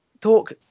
Talk